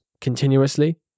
continuously